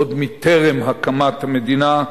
עוד מטרם הקמת המדינה,